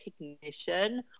recognition